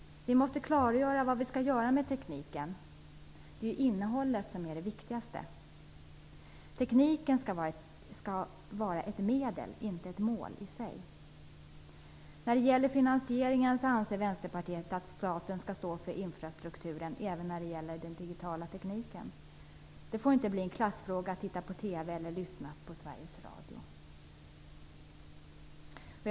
Vi måste klargöra vad vi skall göra med tekniken. Det är innehållet som är det viktigaste. Tekniken skall vara ett medel, inte ett mål i sig. När det gäller finansieringen anser Vänsterpartiet att staten skall stå för infrastrukturen, även när det gäller den digitala tekniken. Det får inte bli en klassfråga att titta på TV eller att lyssna på Sveriges radio.